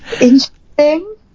Interesting